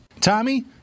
Tommy